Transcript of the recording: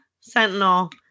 Sentinel